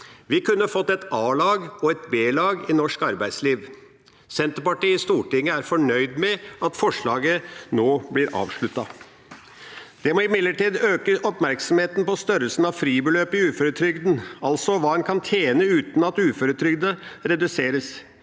Vi kunne fått et a-lag og et b-lag i norsk arbeidsliv. Senterpartiet i Stortinget er fornøyd med at forslaget nå blir avsluttet. Vi må imidlertid øke oppmerksomheten mot størrelsen av fribeløpet i uføretrygden, altså hva en kan tjene uten at uføretrygden reduseres.